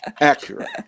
accurate